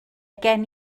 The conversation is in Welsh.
gen